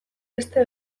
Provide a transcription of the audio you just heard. beste